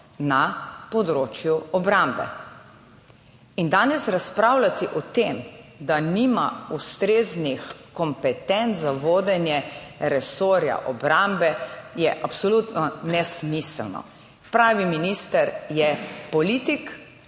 na področju obrambe.